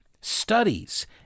studies